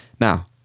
Now